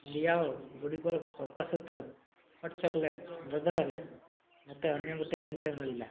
ଲିଆଓଗୁଡ଼ିକର କୋକୋସୂତ୍ର hot chocolate ବଦଳରେ ମୋତେ ଅନ୍ୟ ଗୋଟିଏ ଜିନିଷ ମିଳିଲା